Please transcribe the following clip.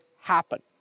happen